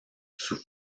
sous